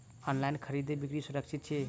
online खरीदै बिक्री सुरक्षित छी